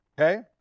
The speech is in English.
Okay